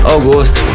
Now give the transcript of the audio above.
August